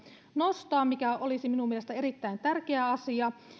nostaa mikä olisi minun mielestäni erittäin tärkeä asia